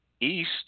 East